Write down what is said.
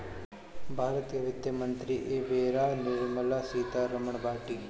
भारत के वित्त मंत्री एबेरा निर्मला सीता रमण बाटी